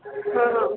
ಹಾಂ ಹಾಂ